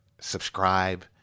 Subscribe